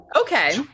Okay